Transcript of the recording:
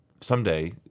someday